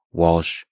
walsh